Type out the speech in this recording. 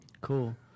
Cool